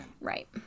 Right